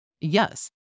Yes